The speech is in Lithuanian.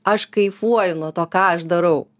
aš kaifuoju nuo to ką aš darau